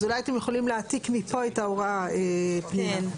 אולי אתם יכולים להעתיק מפה את ההוראה, פנינה.